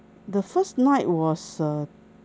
the first night was uh